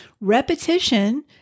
repetition